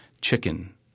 chicken –